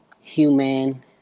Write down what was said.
human